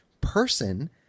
person